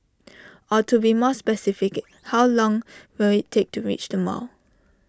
or to be more specific how long will IT take to reach the mall